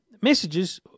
Messages